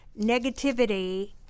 negativity